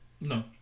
No